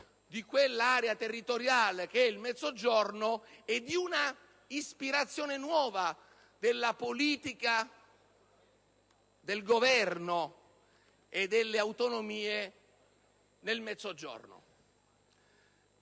dell'area territoriale del Mezzogiorno e di un'ispirazione nuova della politica del Governo e delle autonomie in quei territori.